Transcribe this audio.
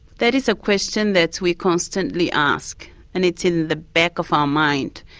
that is a question that we constantly ask and it's in the back of our mind.